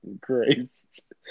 Christ